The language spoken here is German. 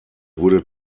wurde